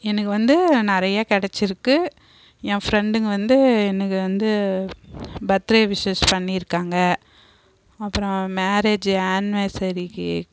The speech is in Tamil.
எனக்கு வந்து நிறைய கிடச்சிருக்கு என் ஃப்ரெண்டுங்க வந்து எனக்கு வந்து பர்த் டே விஷ்ஷஸ் பண்ணியிருக்காங்க அப்புறம் மேரேஜு ஆன்வர்சரிக்கு